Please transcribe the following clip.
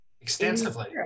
Extensively